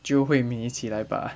jio hui min 一起来吧